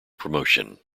promotion